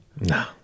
No